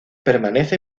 permanece